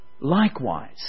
likewise